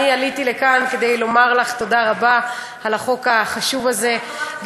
עליתי לכאן כדי לומר לך תודה רבה על החוק החשוב הזה.